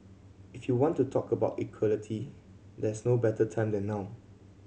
if you want to talk about equality there's no better time than now